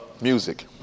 music